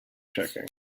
checking